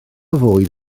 fwyd